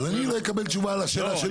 אבל אני לא אקבל תשובה על השאלה שלי?